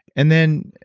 and then,